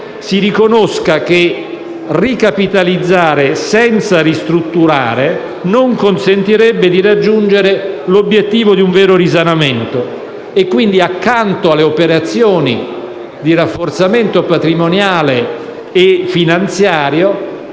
si riconosca che ricapitalizzare senza ristrutturare non consentirebbe di raggiungere l'obiettivo di un vero risanamento. Quindi, accanto alle operazioni di rafforzamento patrimoniale e finanziario,